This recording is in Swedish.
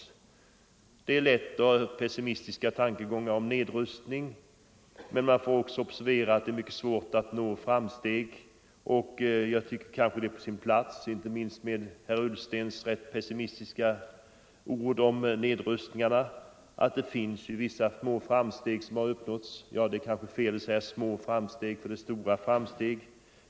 Nr 127 Det är lätt att föra fram pessimistiska tankegångar om nedrustning. Fredagen den Men man får också observera att det är mycket svårt att nå framsteg, 22 november 1974 och jag tycker att det är på sin plats — inte minst efter herr Ullstens rätt pessimistiska ord om nedrustningen — att framhålla att det gjorts Ang. säkerhetsoch vissa framsteg som det vore fel att beteckna som små; det är stora nedrustningsfrågorframsteg.